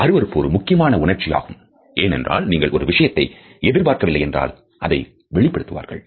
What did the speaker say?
அருவருப்பு ஒரு முக்கியமான உணர்ச்சி ஆகும் ஏனென்றால் நீங்கள் ஒரு விஷயத்தை எதிர்பார்க்கவில்லை என்றால் அதை வெளிப்படுத்துவார்கள்